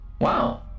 Wow